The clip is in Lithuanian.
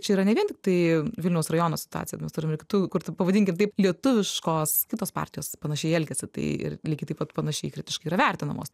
čia yra ne vien tiktai vilniaus rajono situacija mes turim ir kitų kur taip pavadinkim taip lietuviškos kitos partijos panašiai elgiasi tai ir lygiai taip pat panašiai kritiškai yra vertinamos